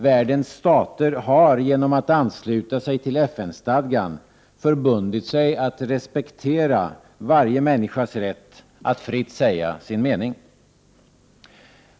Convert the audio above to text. Världens stater har genom att ansluta sig till FN-stadgan förbundit sig att respektera varje människas rätt att fritt säga sin mening.